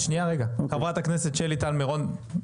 חברת הכנסת שלי טל מירון,